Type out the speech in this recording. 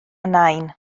nain